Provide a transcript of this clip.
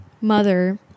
mother